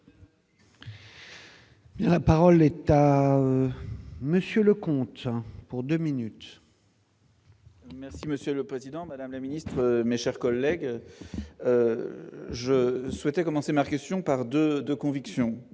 La parole est à monsieur le pour 2 minutes. Merci Monsieur le Président, Madame la Ministre, mes chers collègues, je souhaitais commencer ma question par de de conviction,